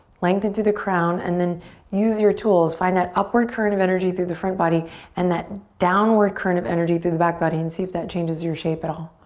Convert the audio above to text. lengthen through the crown and then use your tools. find that upward current of energy through the front body and that downward current of energy through the back body and see if that changes your shape at all.